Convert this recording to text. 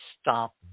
stop